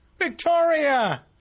Victoria